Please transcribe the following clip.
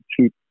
cheap